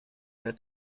der